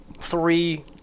three